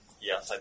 Yes